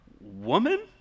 woman